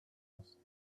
lassen